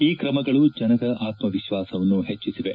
ಈ ಕ್ರಮಗಳು ಜನರ ಆತ್ಮವಿಶ್ವಾಸವನ್ನು ಹೆಚ್ಚಿಸಿವೆ